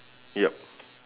yup